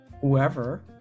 whoever